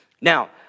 Now